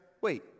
wait